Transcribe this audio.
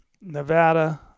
Nevada